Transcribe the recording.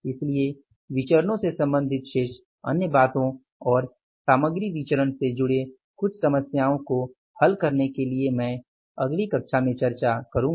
इसलिए विचरणों से सम्बंधित शेष अन्य बातों और सामग्री विचरण से जुड़े कुछ समस्याओं को हल करने के लिए मैं अगली कक्षा में चर्चा करूंगा